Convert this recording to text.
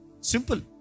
Simple